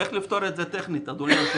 צריך לפתור את זה טכנית, אדוני היושב-ראש.